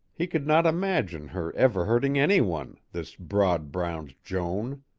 he could not imagine her ever hurting any one, this broad-browed joan.